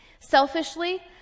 Selfishly